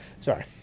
sorry